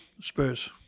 Spurs